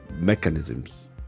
mechanisms